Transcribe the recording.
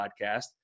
podcast